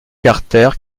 carter